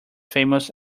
famous